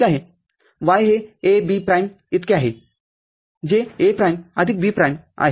Y हे A B प्राईमइतके आहे जे A प्राईम आदिक B प्राईम आहे